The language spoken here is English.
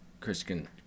Christian –